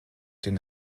den